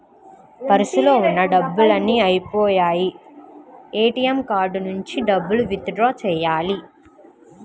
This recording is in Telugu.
పర్సులో ఉన్న డబ్బులన్నీ అయ్యిపొయ్యాయి, ఏటీఎం కార్డు నుంచి డబ్బులు విత్ డ్రా చెయ్యాలి